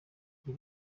iyi